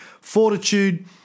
Fortitude